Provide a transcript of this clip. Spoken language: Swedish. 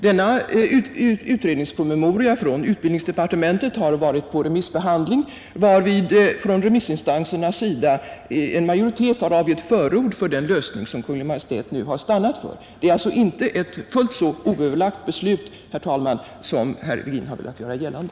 Denna utrednings promemoria från utbildningsdepartementet har varit på remissbehandling, varvid från remissinstansernas sida en majoritet har avgivit förord för den lösning som Kungl. Maj:t nu har stannat för. Det är alltså inte ett fullt så oöverlagt beslut, herr talman, som herr Virgin har velat göra gällande.